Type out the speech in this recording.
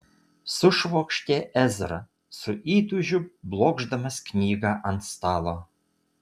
sušvokštė ezra su įtūžiu blokšdamas knygą ant stalo